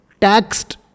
taxed